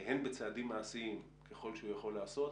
הן בצעדים מעשיים, ככל שהוא יכול לעשות,